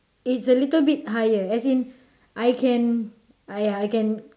it's a little bit higher as in I can I I can